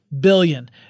Billion